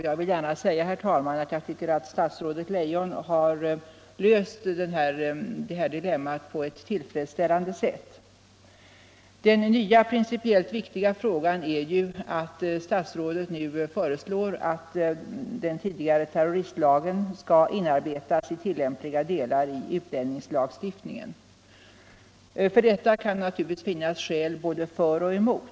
Jag vill gärna säga, herr talman, att jag tycker att statsrådet Leijon har löst detta dilemma på ett tillfredsställande sätt. Det nya och principiellt viktiga är ju att statsrådet nu föreslår att den tidigare terroristlagen i tillämpliga delar skall inarbetas i utlänningslagstiftningen. Det kan naturligtvis finnas skäl både för och emot detta.